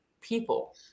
people